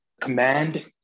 Command